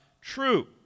true